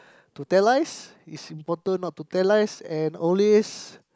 to tell lies it's important not to tell lies and always